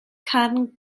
carnguwch